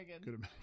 good